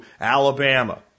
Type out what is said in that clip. Alabama